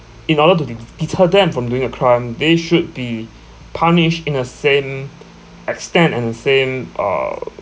in order to de~ deter them from doing a crime they should be punished in a same extent and a same uh